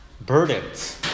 burdens